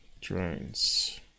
drones